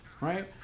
right